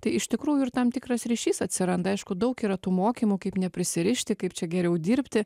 tai iš tikrųjų ir tam tikras ryšys atsiranda aišku daug yra tų mokymų kaip neprisirišti kaip čia geriau dirbti